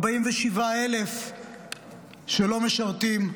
47,000 שלא משרתים.